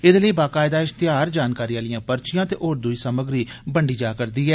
एह्दे लेई बाकायदा इश्तेयार जानकारी आलियां पर्चियां ते होर दूई सामग्री बंडी जा'रदी ऐ